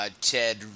TED